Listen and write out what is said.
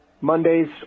Mondays